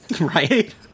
Right